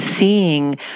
seeing